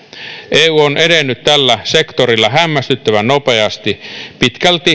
eu on edennyt tällä sektorilla hämmästyttävän nopeasti pitkälti